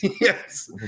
yes